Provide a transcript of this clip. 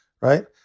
Right